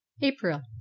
April